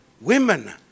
women